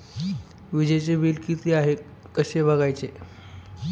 वीजचे बिल किती आहे कसे बघायचे?